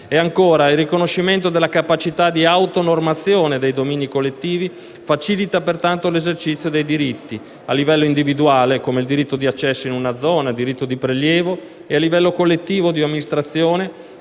è poi il riconoscimento della capacità di autonormazione dei domini collettivi che facilita, pertanto, l'esercizio dei diritti a livello individuale (diritto di accesso in una zona, diritto di prelievo) e a livello collettivo o di amministrazione